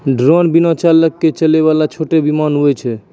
drone बिना चालक के चलै वाला छोटो विमान छेकै